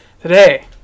today